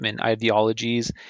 ideologies